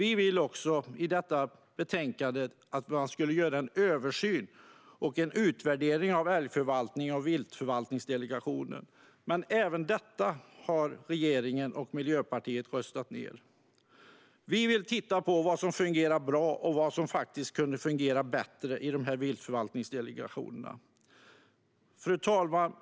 I betänkandet vill vi att man ska göra en översyn och en utvärdering av älgförvaltningen och viltförvaltningsdelegationerna, men även detta har regeringen och Miljöpartiet röstat ned. Vi vill titta på vad som fungerar bra och vad som kunde fungera bättre i dessa delegationer. Fru talman!